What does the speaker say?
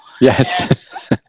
Yes